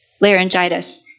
laryngitis